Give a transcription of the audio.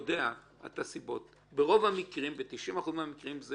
יודע את הנסיבות, ברוב המקרים, ב-90% מהמקרים זה